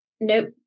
Nope